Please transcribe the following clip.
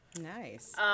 Nice